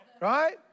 Right